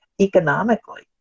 economically